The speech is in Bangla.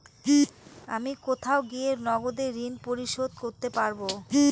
আমি কোথায় গিয়ে নগদে ঋন পরিশোধ করতে পারবো?